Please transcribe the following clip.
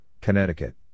Connecticut